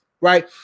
right